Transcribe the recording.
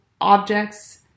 objects